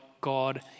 God